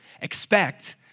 Expect